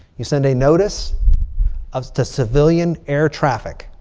you send a notice of the civilian air traffic.